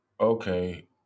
okay